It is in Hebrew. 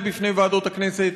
ותתייצב בפני ועדות הכנסת,